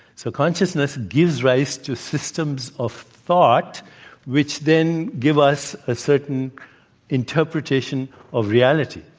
so, consciousness gives rise to systems of thought which then give us a certain interpretation of reality.